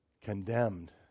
condemned